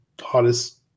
hottest